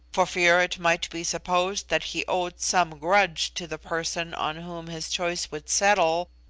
for fear it might be supposed that he owed some grudge to the person on whom his choice would settle,